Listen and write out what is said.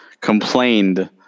complained